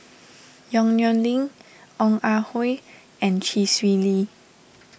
Yong Nyuk Lin Ong Ah Hoi and Chee Swee Lee